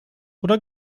oder